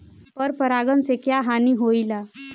पर परागण से क्या हानि होईला?